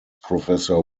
professor